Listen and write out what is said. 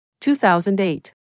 2008